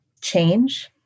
change